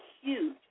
huge